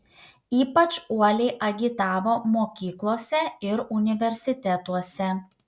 ypač uoliai agitavo mokyklose ir universitetuose